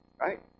right